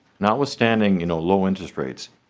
notwithstanding you know low interest rates